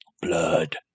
Blood